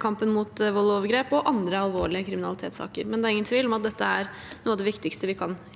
kampen mot vold og overgrep og andre alvorlige kriminalitetssaker. Men det er ingen tvil om at dette er noe av det viktigste vi kan gjøre